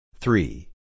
Three